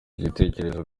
igitekerezo